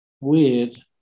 Weird